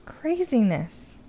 Craziness